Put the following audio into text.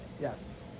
Yes